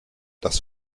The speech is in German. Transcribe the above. das